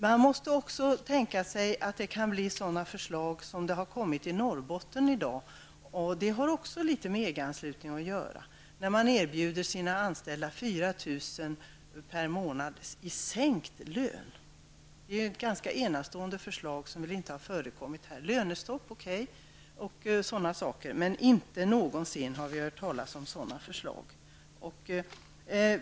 Man måste tänka sig att det kan komma fram sådana förslag som det har gjort i Norrbotten i dag. Det har också litet med EG-anslutningen att göra. Man har nämligen erbjudit sina anställda 4 000 kr. per månad i sänkt lön. Det är ett mycket speciellt förslag som nog inte har förekommit tidigare. Lönestopp o.d. är okej, men vi har aldrig hört talas om förslag på sänkt lön.